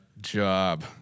job